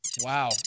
Wow